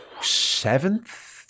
seventh